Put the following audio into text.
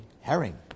Herring